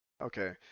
Okay